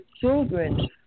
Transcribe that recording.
children